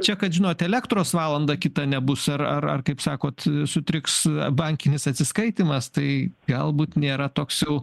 čia kad žinot elektros valandą kitą nebus ar ar ar kaip sakot sutriks bankinis atsiskaitymas tai galbūt nėra toks jau